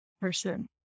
person